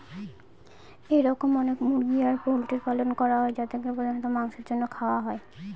এরকম অনেক মুরগি আর পোল্ট্রির পালন করা হয় যাদেরকে প্রধানত মাংসের জন্য খাওয়া হয়